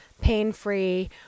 pain-free